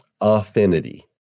affinity